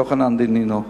במשטרה יוחנן דנינו.